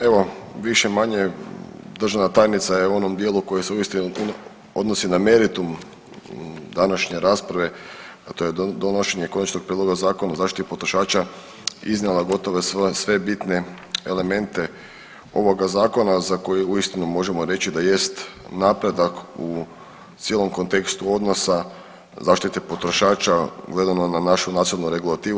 Evo više-manje državna tajnica je u onom dijelu koje se uistinu odnosi na meritum današnje rasprave, a to je donošenje konačnog prijedloga zakona o zaštiti potrošača iznijela gotovo sve bitne elemente ovoga zakona za koji uistinu možemo reći da jest napredak u cijelom kontekstu odnosa zaštite potrošača gledano na našu nacionalnu regulativu.